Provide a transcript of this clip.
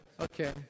Okay